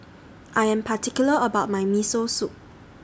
I Am particular about My Miso Soup